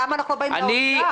למה אנחנו לא באים למשרד האוצר?